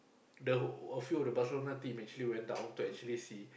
the a few of the Barcelona team actually went down to actually see